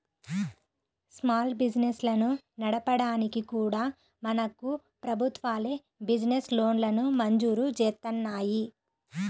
small బిజినెస్లను నడపడానికి కూడా మనకు ప్రభుత్వాలే బిజినెస్ లోన్లను మంజూరు జేత్తన్నాయి